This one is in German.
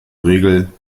regel